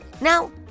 Now